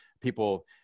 People